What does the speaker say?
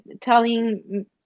telling